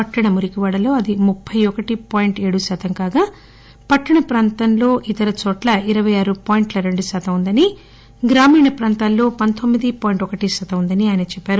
పట్టణ మురికివాడల్లో అది ముప్పె ఒకటి పాయింట్లు ఏడు శాతం కాగా పట్టణ ప్రాంతంలో ఇతర చోట్ల ఇరవై ఆరు పాయింట్ల రెండు శాతం ఉందని గ్రామీణ ప్రాంతాల్లో పందొమ్మిది పాంట్ ఒకటి శాతం ఉందని చెప్పారు